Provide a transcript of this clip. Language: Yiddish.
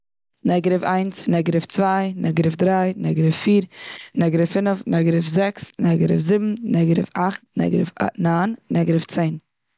נעגעטיוו איינץ, נעגעטיוו צוויי, נעגעטיוו דריי, נעגעטיוו פיר, נעגעטיוו פינעף, נעגעטיוו זעקס, נעגעטיוו זיבן, נעגעטיוו אכט, נעגעטיוו ניין, נעגעטיוו צען.